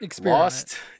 Lost